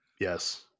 Yes